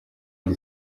the